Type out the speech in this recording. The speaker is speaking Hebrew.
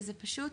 זה פשוט